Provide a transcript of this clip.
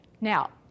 Now